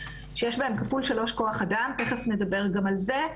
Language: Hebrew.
שיש בהן פי שלושה כוח אדם ותכף נדבר גם על זה.